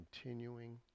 continuing